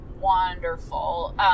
wonderful